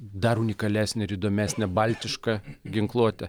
dar unikalesnė ir įdomesnė baltiška ginkluotė